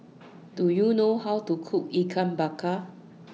Do YOU know How to Cook Ikan Bakar